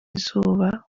izuba